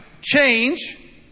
Change